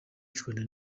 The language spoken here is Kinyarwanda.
icwende